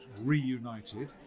reunited